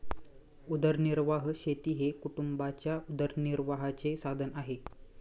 उदरनिर्वाह शेती हे कुटुंबाच्या उदरनिर्वाहाचे साधन आहे